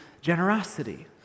generosity